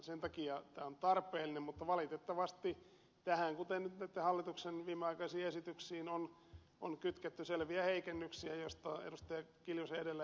sen takia tämä on tarpeellinen mutta valitettavasti tähän kuten hallituksen viimeaikaisiin esityksiin on kytketty selviä heikennyksiä joista edellä ed